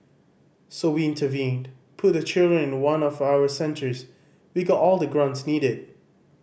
so we intervened put the children in one of our centres we got all the grants needed